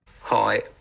Hi